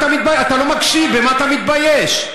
אתה לא מקשיב, במה אתה מתבייש?